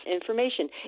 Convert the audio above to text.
information